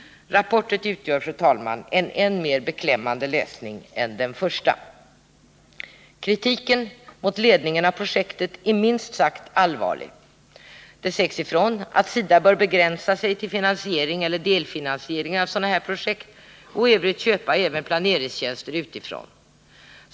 Rapporten utgör, fru talman, en än mer beklämmande läsning än den första. Kritiken mot ledningen av projektet är minst sagt allvarlig. Det sägs ifrån att SIDA bör begränsa sig till finansiering eller delfinansiering av sådana här projekt och i övrigt köpa även planeringstjänster utifrån.